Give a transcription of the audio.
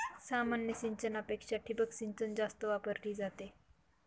सामान्य सिंचनापेक्षा ठिबक सिंचन जास्त वापरली जाते